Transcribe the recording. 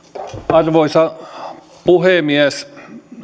arvoisa puhemies